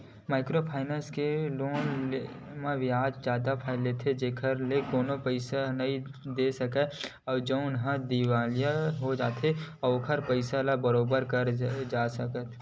micro finance के loan म बियाज जादा लेथे जेखर ले कोनो पइसा नइ दे सकय जउनहा दिवालिया हो जाथे ओखर पइसा ल बरोबर करे जा सकय